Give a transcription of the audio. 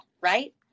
Right